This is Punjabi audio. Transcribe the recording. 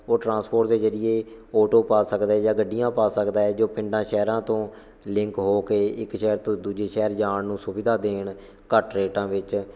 ਉਹ ਟਰਾਂਸਪੋਰਟ ਦੇ ਜਰੀਏ ਔਟੋ ਪਾ ਸਕਦੇ ਜਾਂ ਗੱਡੀਆਂ ਪਾ ਸਕਦਾ ਹੈ ਜੋ ਪਿੰਡਾਂ ਸ਼ਹਿਰਾਂ ਤੋਂ ਲਿੰਕ ਹੋ ਕੇ ਇੱਕ ਸ਼ਹਿਰ ਤੋਂ ਦੂਜੇ ਸ਼ਹਿਰ ਜਾਣ ਨੂੰ ਸੁਵਿਧਾ ਦੇਣ ਘੱਟ ਰੇਟਾਂ ਵਿੱਚ